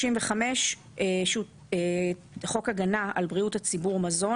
מזון לבעלי חיים תיקון חוק35.בחוק הגנה על בריאות הציבור (מזון),